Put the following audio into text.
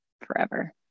forever